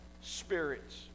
spirits